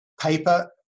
paper